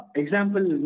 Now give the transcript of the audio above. example